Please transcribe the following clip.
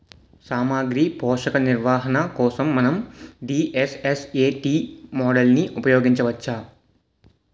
సామాగ్రి పోషక నిర్వహణ కోసం మనం డి.ఎస్.ఎస్.ఎ.టీ మోడల్ని ఉపయోగించవచ్చా?